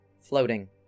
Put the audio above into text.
floating